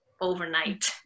overnight